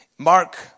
Mark